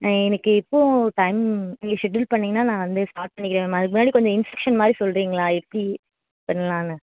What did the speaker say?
நான் எனக்கு எப்போது டைம் நீங்கள் ஷெட்யூல் பண்ணீங்கன்னா நான் வந்து ஸ்டார்ட் பண்ணிக்கிறேன் மேம் அதுக்கு முன்னாடி கொஞ்சம் இன்ஸ்ட்ரக்ஷன் மாதிரி சொல்கிறீங்களா எப்படி பண்ணலான்னு